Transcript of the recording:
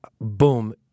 boom—